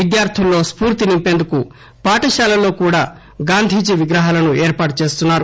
విద్యార్థుల్లో స్పూర్తినింపేందుకు పాఠశాలల్లో కూడా గాంధీజీ విగ్రహాలను ఏర్పాటు చేస్తున్నారు